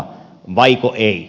arvoisa puhemies